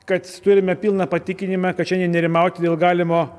kad turime pilną patikinimą kad šiandien nerimauti dėl galimo